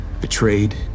betrayed